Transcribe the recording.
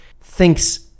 thinks